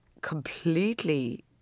completely